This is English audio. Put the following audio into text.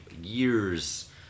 years